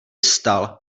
vstal